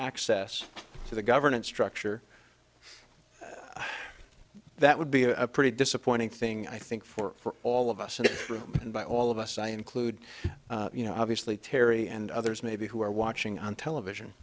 access to the government structure that would be a pretty disappointing thing i think for all of us and by all of us i include you know obviously terry and others maybe who are watching on television